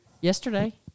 yesterday